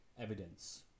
evidence